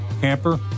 camper